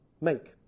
make